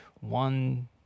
one